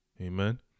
Amen